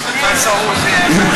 פרופסור עוזי אבן,